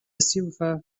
silva